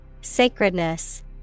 Sacredness